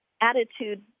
attitude